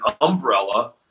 umbrella